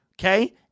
Okay